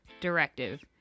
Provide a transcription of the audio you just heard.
directive